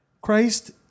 Christ